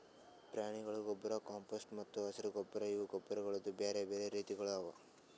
ಪ್ರಾಣಿಗೊಳ್ದು ಗೊಬ್ಬರ್, ಕಾಂಪೋಸ್ಟ್ ಮತ್ತ ಹಸಿರು ಗೊಬ್ಬರ್ ಇವು ಗೊಬ್ಬರಗೊಳ್ದು ಬ್ಯಾರೆ ಬ್ಯಾರೆ ರೀತಿಗೊಳ್ ಅವಾ